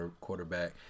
quarterback